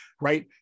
right